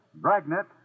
Bragnet